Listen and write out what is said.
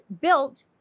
built